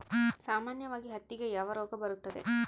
ಸಾಮಾನ್ಯವಾಗಿ ಹತ್ತಿಗೆ ಯಾವ ರೋಗ ಬರುತ್ತದೆ?